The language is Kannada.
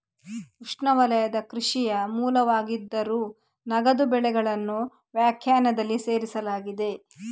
ಉಷ್ಣವಲಯದ ಕೃಷಿಯ ಮೂಲವಾಗಿದ್ದರೂ, ನಗದು ಬೆಳೆಗಳನ್ನು ವ್ಯಾಖ್ಯಾನದಲ್ಲಿ ಸೇರಿಸಲಾಗಿದೆ